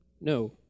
No